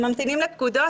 הם ממתינים לפקודות,